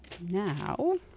Now